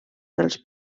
dels